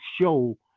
show